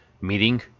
meeting